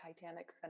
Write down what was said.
Titanic